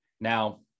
Now